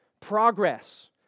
progress